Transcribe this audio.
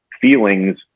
feelings